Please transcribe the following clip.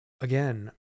Again